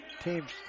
Team's